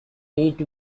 meet